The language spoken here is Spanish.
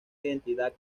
identidad